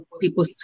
people